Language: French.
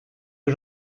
que